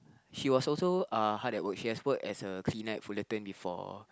she was also uh hard at work she has worked as a cleaner at Fullerton before